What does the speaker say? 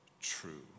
true